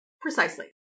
precisely